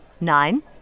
nine